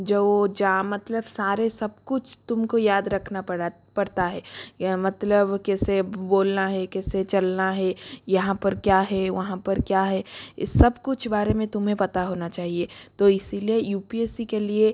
जो वो मतलब सारे सब कुछ तुमको याद रखना पड़ा पड़ता है यह मतलब कैसे बोलना है कैसे चलना है यहाँ पर क्या है वहाँ पर क्या है इस सब कुछ बारे में तुम्हें पता होना चाहिए तो इसीलिए यू पी एस सी के लिए